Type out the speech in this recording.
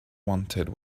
wanted